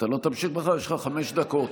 אתה לא תמשיך מחר, יש לך חמש דקות.